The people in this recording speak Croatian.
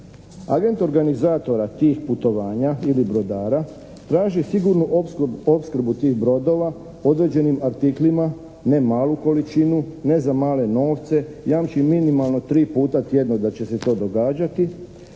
Agent organizatora tih putovanja ili brodara traži sigurnu opskrbu tih brodova određenim artiklima, ne malu količinu, ne za male novce, jamči minimalno tri puta tjedno da će se to događati